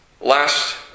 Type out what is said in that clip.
Last